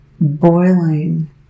boiling